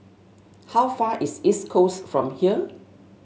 how far away is East Coast from here